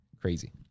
Crazy